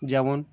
যেমন